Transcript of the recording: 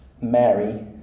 Mary